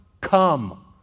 come